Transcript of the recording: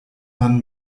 man